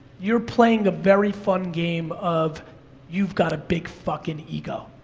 you're playing the very fun game of you've got a big fucking ego.